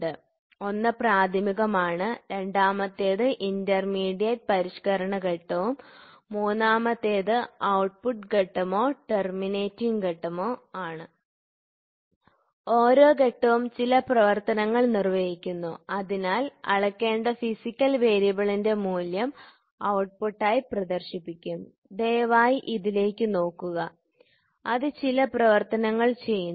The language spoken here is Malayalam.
അതിനാൽ ഒന്ന് പ്രാഥമികമാണ് രണ്ടാമത്തേത് ഇന്റർമീഡിയറ്റ് പരിഷ്ക്കരണ ഘട്ടവും മൂന്നാമത്തേത് ഔട്ട്പുട്ട് ഘട്ടമോ ടെര്മിനേറ്റിംഗ് ഘട്ടമോ ആണ് ഓരോ ഘട്ടവും ചില പ്രവർത്തനങ്ങൾ നിർവ്വഹിക്കുന്നു അതിനാൽ അളക്കേണ്ട ഫിസിക്കൽ വേരിയബിളിന്റെ മൂല്യം ഔട്ട്പുട്ടായി പ്രദർശിപ്പിക്കും ദയവായി ഇതിലേക്ക് നോക്കുക അത് ചില പ്രവർത്തനങ്ങൾ ചെയ്യുന്നു